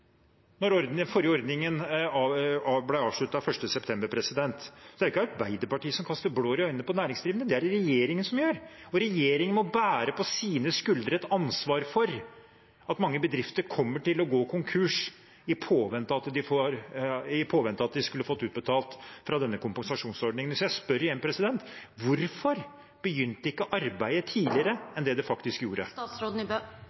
den forrige ordningen ble avsluttet 1. september. Det er ikke Arbeiderpartiet som kaster blår i øynene på næringslivet, men det er det regjeringen som gjør, og regjeringen må bære på sine skuldre et ansvar for at mange bedrifter kommer til å gå konkurs i påvente av at de skulle fått utbetalt fra denne kompensasjonsordningen. Så jeg spør igjen: Hvorfor begynte ikke arbeidet tidligere